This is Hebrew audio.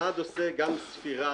המד עושה גם ספירה